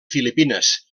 filipines